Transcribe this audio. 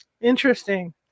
Interesting